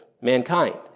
mankind